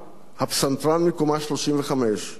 הפסנתרן מקומה 35 מנגן,